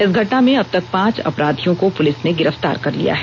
इस घटना में अबतक पांच अपराधियों को पुलिस ने गिरफ्तार कर लिया है